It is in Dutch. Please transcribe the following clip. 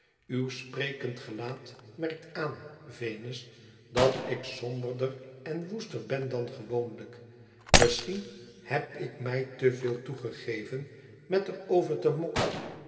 uw sprekend gelaat merkt aan venus dat ik somberder en woester ben dan gewoonlijk misschien h eb ik mij te veel toegegeven met er over te mokken